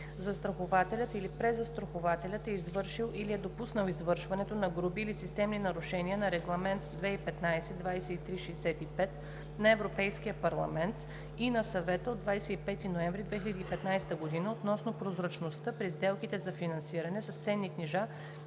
застрахователят или презастрахователят е извършил или е допуснал извършването на груби или системни нарушения на Регламент (ЕС) 2015/2365 на Европейския парламент и на Съвета от 25 ноември 2015 г. относно прозрачността при сделките за финансиране с ценни книжа